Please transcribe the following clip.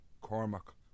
Cormac